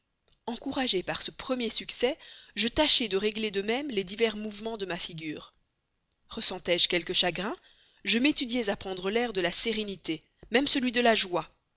encouragée par ce premier succès je tâchai de régler de même les divers mouvements de ma figure ressentais je quelque chagrin je m'étudiais à prendre l'air de la sécurité même celui de la joie